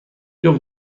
جفت